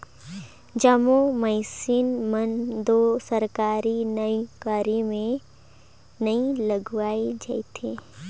जम्मो मइनसे मन दो सरकारी नउकरी में नी लइग जाएं